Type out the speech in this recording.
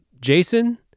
Jason